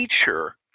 teacher